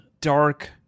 dark